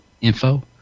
info